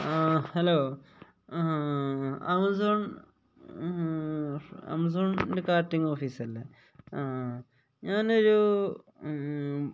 ആ ഹലോ ആമസോണിൻ്റെ കാർട്ടിങ് ഓഫീസല്ലേ ആ ഞാനൊരു